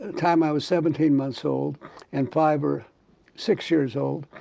time i was seventeen months old and five or six years old,